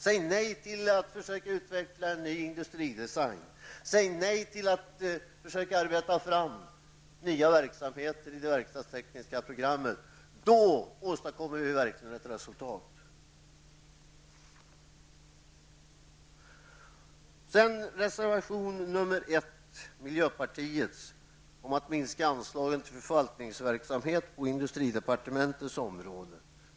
Säg nej till att försöka utveckla en ny industridesign. Säg nej till att försöka arbeta fram nya verksamheter i de verkstadstekniska programmen, då åstadkommer vi verkligen ett resultat. Miljöpartiets reservation 1 handlar om att minska anslagen till förvaltningsverksamhet på industridepartementets område.